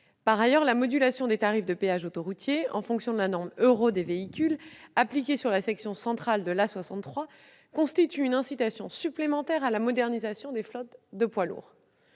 Par ailleurs, la modulation des tarifs de péage autoroutiers, en fonction de la norme euro des véhicules, appliquée sur la section centrale de l'A63 constitue une incitation supplémentaire à la modernisation des flottes de poids lourds.